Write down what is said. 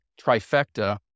trifecta